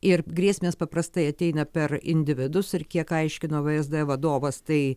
ir grėsmės paprastai ateina per individus ir kiek aiškino vsd vadovas tai